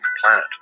planet